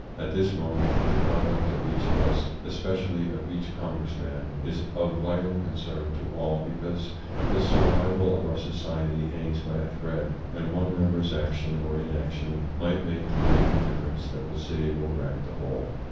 at this moment the conduct of each of us especially of each congressman is of vital concern to all, because the sur of our society hangs by a thread and one member's action or inaction might make the minute difference that will save or wreck the whole.